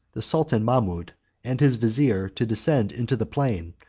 the sultan mahmoud and his vizier to descend into the plain,